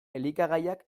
elikagaiak